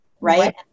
right